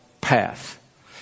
path